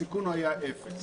הסיכון היה אפס.